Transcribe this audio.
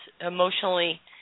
emotionally